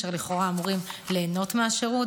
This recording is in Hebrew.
אשר לכאורה אמורים ליהנות מהשירות.